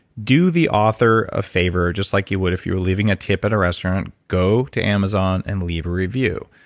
do the author of favor, just like you would if you were leaving a tip at a restaurant, go to amazon and leave a review.